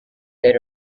that